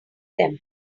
them